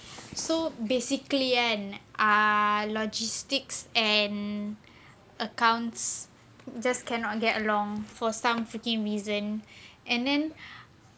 so basically kan ah logistics and accounts just cannot get along for some freaking reason and then